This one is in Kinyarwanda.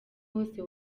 wose